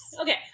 okay